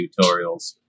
tutorials